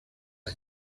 año